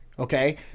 Okay